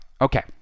Okay